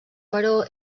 però